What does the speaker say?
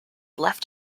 left